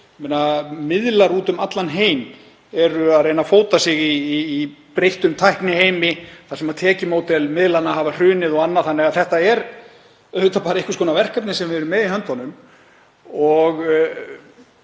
Miðlar úti um allan heim eru að reyna að fóta sig í breyttum tækniheimi þar sem tekjumódel miðlanna hafa hrunið og annað. Þetta er auðvitað bara verkefni sem við erum með í höndunum og